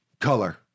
color